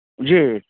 जी